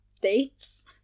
dates